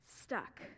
stuck